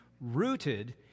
rooted